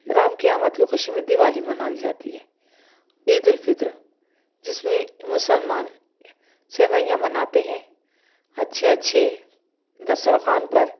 رام کے آمد کی خوشی میں دیوالی منائی جاتی ہے عیدالفطر جس میں مسلمان سوئیاں بناتے ہیں اچھے اچھے دسترخوان پر